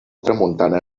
tramuntana